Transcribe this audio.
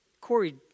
Corey